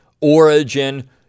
origin